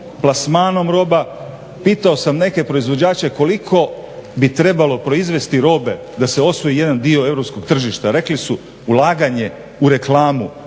plasmanom roba. Pitao sam neke proizvođače koliko bi trebalo proizvesti robe da se osvoji jedan dio europskog tržišta. Rekli su ulaganje u reklamu